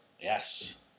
Yes